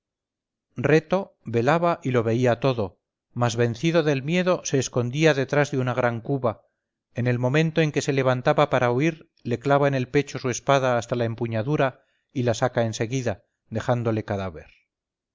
reto velaba y lo veía todo mas vencido del miedo se escondía detrás de una gran cuba en el momento en que se levantaba para huir le clava en el pecho su espada hasta la empuñadura y la saca en seguida dejándole cadáver